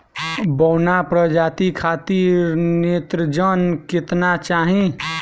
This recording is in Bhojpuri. बौना प्रजाति खातिर नेत्रजन केतना चाही?